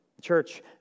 Church